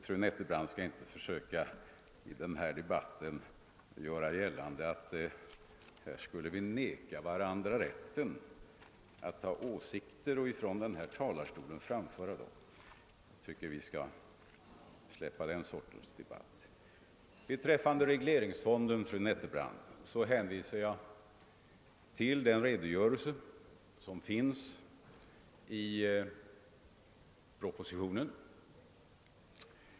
Fru Nettelbrandt skall emellertid inte försöka göra gällande att vi vägrar varandra rätten att ha åsikter och framföra dem från denna talarstol; jag tycker att vi skall släppa den sortens argumentation. Vad regleringsfonden beträffar hänvisar jag till den redogörelse som lämnas i propositionen.